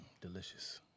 delicious